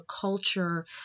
culture